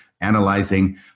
analyzing